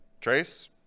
Trace